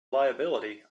liability